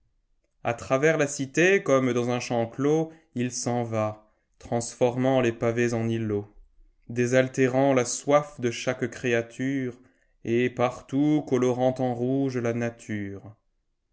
a travers la cité comme dans un champ clos il s'en va transformant les pavés en îlots désaltérant la soif de chaque créature et partout colorant en rouge la nature